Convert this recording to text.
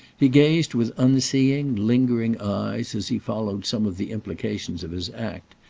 he gazed with unseeing lingering eyes as he followed some of the implications of his act,